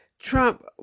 Trump